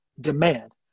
demand